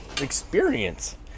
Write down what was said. experience